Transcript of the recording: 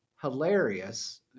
hilarious